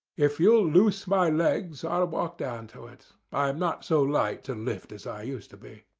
if you'll loose my legs i'll walk down to it. i'm not so light to lift as i used to be.